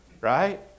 Right